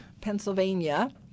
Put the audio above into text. Pennsylvania